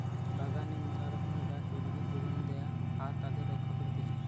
বাগানে মেলা রকমের গাছ, উদ্ভিদ যোগান দেয়া আর তাদের রক্ষা করতিছে